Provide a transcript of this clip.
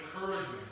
encouragement